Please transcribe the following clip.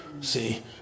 See